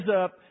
up